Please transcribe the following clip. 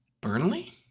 Burnley